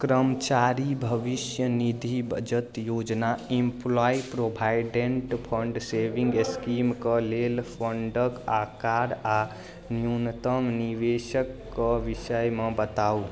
कर्मचारी भविष्य निधि बचत योजना इम्प्लॉयी प्रोविडेन्ट फण्ड सेविंग स्कीमके लेल फण्डक आकार आ न्यूनतम निवेशकके विषयमे बताउ